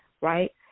right